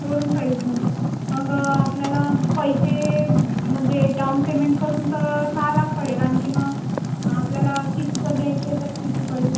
showroom प्राईझमध्ये मग आपल्याला पैसे म्हणजे डाउन पेमेंट करून तर सहा लाख पडेल आणखीन आपल्याला किस्तवर घ्यायची आहे तर किती पडेल